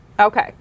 Okay